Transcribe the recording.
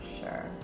sure